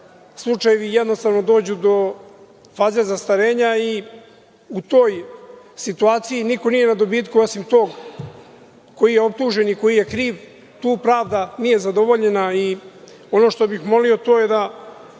slučajevi jednostavno dođu do faze zastarenja. U toj situaciji niko nije na dobitku, osim tog koji je optužen i koji je kriv, tu pravda nije zadovoljena. Ono što bih molio to je da,